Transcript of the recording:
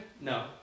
no